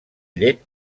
llet